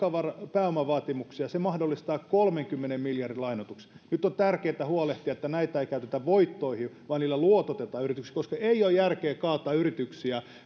pääomavaatimuksia se mahdollistaa kolmenkymmenen miljardin lainoituksen nyt on tärkeää huolehtia että näitä ei käytetä voittoihin vaan niillä luototetaan yrityksiä koska ei ole järkeä kaataa yrityksiä